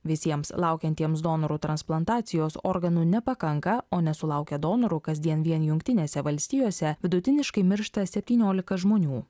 visiems laukiantiems donorų transplantacijos organų nepakanka o nesulaukę donorų kasdien vien jungtinėse valstijose vidutiniškai miršta septyniolika žmonių